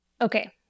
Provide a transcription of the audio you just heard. Okay